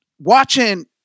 watching